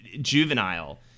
juvenile